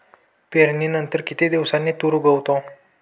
पेरणीनंतर किती दिवसांनी तूर उगवतो?